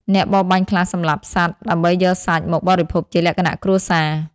អ្នកបរបាញ់ខ្លះសម្លាប់សត្វដើម្បីយកសាច់មកបរិភោគជាលក្ខណៈគ្រួសារ។